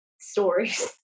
stories